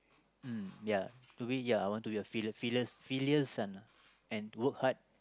mm ya to me ya I want to filial filial filial son lah and work hard